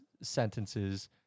sentences